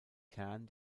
kern